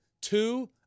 two